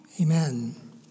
Amen